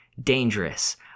dangerous